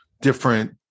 different